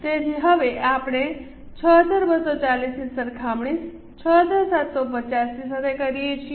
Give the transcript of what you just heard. તેથી હવે આપણે 6240 ની સરખામણી 6750 ની સાથે કરીએ છીએ